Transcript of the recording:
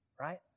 Right